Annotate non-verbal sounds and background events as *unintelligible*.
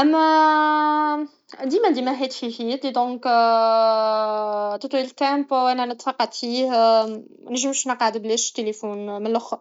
اما ديما ديما هاتفي في يدي دونك *hesitation* *unintelligible* وانا نتفقد فيه منقدرش نقعد بلاش تلفون ملخر